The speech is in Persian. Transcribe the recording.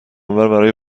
برای